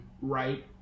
right